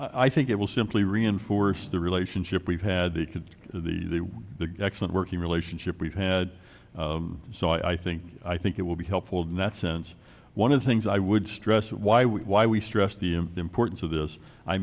i think it will simply reinforce the relationship we've had that could the the excellent working relationship we've had so i think i think it will be helpful in that sense one of the things i would stress is why we why we stressed the importance of this i